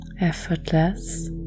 Effortless